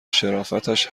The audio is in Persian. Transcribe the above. شرافتش